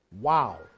Wow